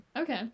Okay